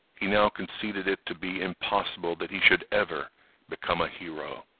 he now conceded it to be impossible that he should ever become a hero.